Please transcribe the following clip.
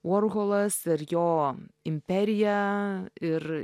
vorholas ir jo imperija ir